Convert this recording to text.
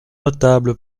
notable